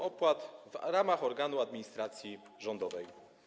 Opłat w ramach organu administracji rządowej.